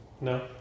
No